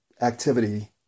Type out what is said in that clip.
activity